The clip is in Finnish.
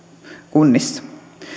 kunnissa